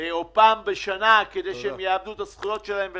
או פעם בשנה כדי שהם יאבדו את הזכויות שלהם.